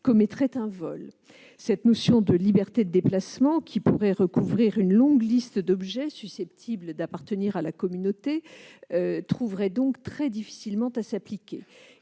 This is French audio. commettrait un vol. Cette notion de liberté de déplacement, qui pourrait recouvrir une longue liste d'objets susceptibles d'appartenir à la communauté, trouverait donc très difficilement à s'appliquer.